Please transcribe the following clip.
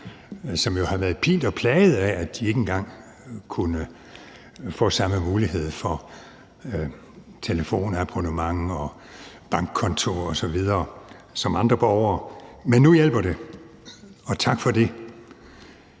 som jo har været pint og plaget af, at de ikke engang kunne få samme mulighed for telefonabonnement og bankkonti osv. som andre borgere. Men nu hjælper det, og tak for det.